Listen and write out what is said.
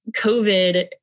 COVID